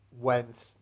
went